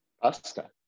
pasta